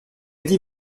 dit